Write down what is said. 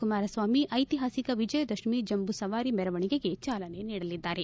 ಕುಮಾರಸ್ವಾಮಿ ಐಕಿಹಾಸಿಕ ವಿಜಯದಶಮಿಯ ಜಂಬೂಸವಾರಿ ಮೆರವಣಿಗೆಗೆ ಚಾಲನೆ ನೀಡಲಿದ್ದಾರೆ